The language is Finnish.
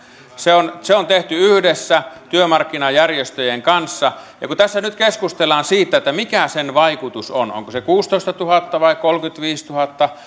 se on se on tehty yhdessä työmarkkinajärjestöjen kanssa ja kun tässä nyt keskustellaan siitä mikä sen vaikutus on onko se kuusitoistatuhatta vai kolmekymmentäviisituhatta